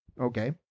Okay